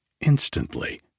Instantly